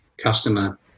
customer